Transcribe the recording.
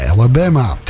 Alabama